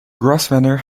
grosvenor